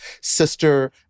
Sister